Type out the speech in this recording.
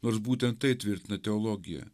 nors būtent tai tvirtina teologiją